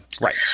Right